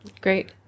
Great